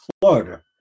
Florida